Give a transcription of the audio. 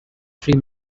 three